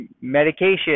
medication